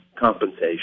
compensation